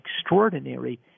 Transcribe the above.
extraordinary